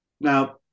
Now